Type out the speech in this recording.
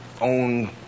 own